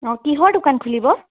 অঁ কিহৰ দোকান খুলিব